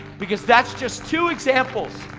because that's just two examples.